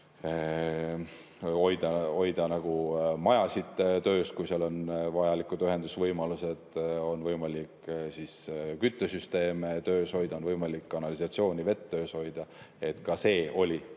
hoida majasid töös, kui seal on vajalikud ühendusvõimalused, on võimalik küttesüsteeme töös hoida, on võimalik kanalisatsiooni ja vett töös hoida. Ka see oli